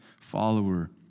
follower